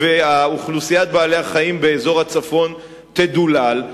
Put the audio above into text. ואוכלוסיית בעלי-החיים באזור הצפון תדולל.